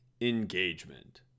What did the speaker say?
engagement